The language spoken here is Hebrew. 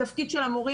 התפקיד של המורים,